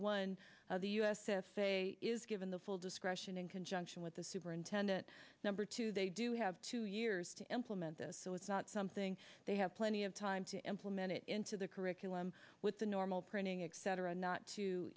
one the u s f a a is given the full discretion in conjunction with the superintendent number two they do have two years to implement this so it's not something they have plenty of time to implement it into the curriculum with the normal printing except for a not to